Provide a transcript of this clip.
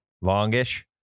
longish